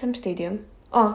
ham stadium 哦